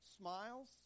smiles